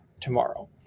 tomorrow